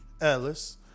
Ellis